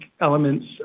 elements